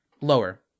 Lower